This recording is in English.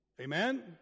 Amen